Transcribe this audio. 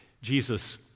Jesus